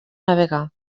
navegar